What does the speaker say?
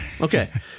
Okay